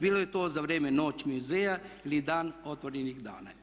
Bilo je to za vrijeme Noć muzeja ili Dan otvorenih vrata.